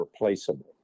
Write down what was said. replaceable